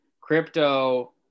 crypto